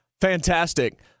Fantastic